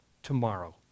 Tomorrow